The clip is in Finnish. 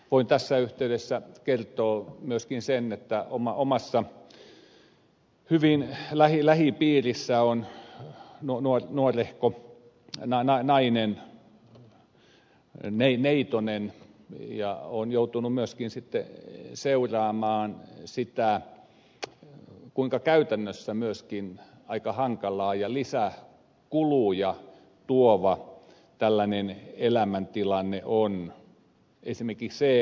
voin tässä yhteydessä kertoa myöskin sen että omassa hyvin lähipiirissä on nuo nuo noisehko mennään aina nuorehko nainen neitonen ja olen joutunut myöskin seuraamaan sitä kuinka käytännössä myöskin aika hankalaa ja lisäkuluja tuova tällainen elämäntilanne on